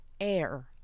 air